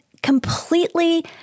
Completely